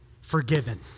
Forgiven